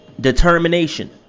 determination